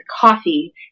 coffee